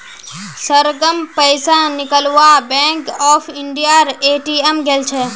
सरगम पैसा निकलवा बैंक ऑफ इंडियार ए.टी.एम गेल छ